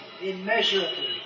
immeasurably